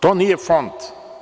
To nije fond.